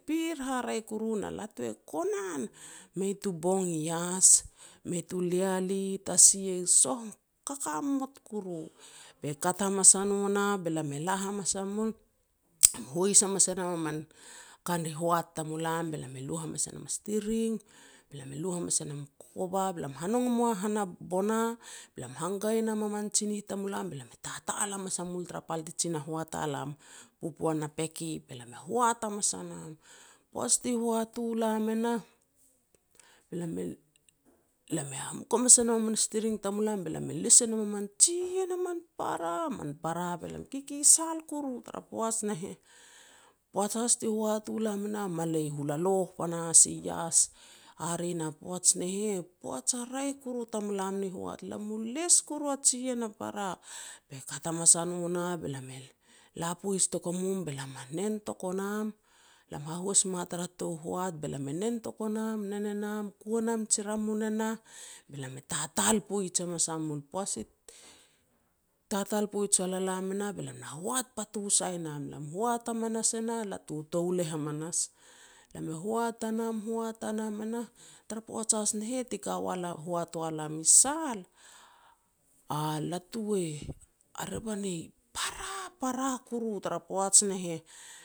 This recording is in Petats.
Pir haraeh koru na latu e konan mei to bong i ias mei tu leale tasi soh kakamot kuru, be kat hamas e no na be lam e la hamas a mul hois hamas e nam manka ni hoat tamulam, be lam e lu hamas e nam a sitiring, be lam e lu hamas e nam u kokova be lam hanong moa hana bona be lam hanga e nam a man tsinih tamulam, be lam e tatal hamas a mul tara pal ti jin na hoat a lam, popoan na peke be lam e hoat hamas a nam. Poaj ti hoat u lam enah, be lam hamuk hamas e nam a min sitiring tamulam be lam e les e nam a man jiien a man para, man para be lam kikisal kuru tara poaj ne heh. Poaj has ti hoat u lam e nah, malei hulaloh panahas i ias, hare na poaj ne heh poaj a raeh kuru tamulam ni hoat. Lam i les kuru, a jiien a para, be kat hamas a no nah be lam e la poij toko mum, be lam na nen toko nam, lam hahuas ma tara tou hoat be lam e nen toko nam nen e nam, kua nam ji ramun e nah, be lam e tatal poij hamas a mul. Poaj ti talal poij wal a lam e nah, be lam na hoat patu sai nam. Lam i hoat hamanas e nah latu e touleh hamanas, lam e hoat a nam, hoat a nam e nah, tara poaj has ne heh ti ka ua lam ti hoat ua lam i Sal, a latu e a revan i para para kuru tara poaj ne heh